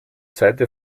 seite